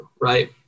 Right